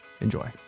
Enjoy